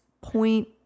point